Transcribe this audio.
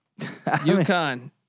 UConn